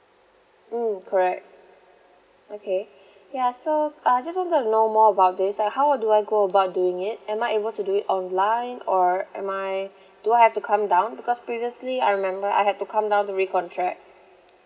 mm correct okay ya so I just wanted to know more about this like how do I go about doing it am I able to do it online or am I do I have to come down because previously I remember I had to come down to recontract